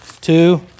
two